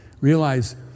realize